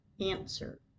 Answer